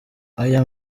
aya